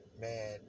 Man